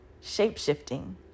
shape-shifting